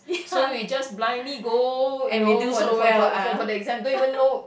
so we just blindly go you know for the for for the exam don't even know